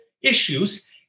issues